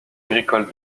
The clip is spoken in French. agricole